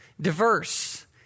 Diverse